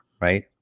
right